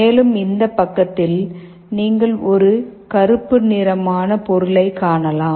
மேலும் இந்த பக்கத்தில் நீங்கள் ஒரு கருப்பு நிறமான பொருளை காணலாம்